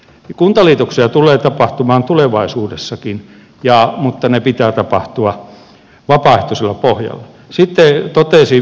kuntaliitoksia tulee tapahtumaan tulevaisuudessakin mutta niiden pitää tapahtua vapaaehtoisella pohjalla